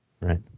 Right